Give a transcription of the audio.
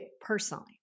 personally